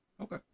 okay